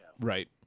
Right